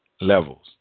levels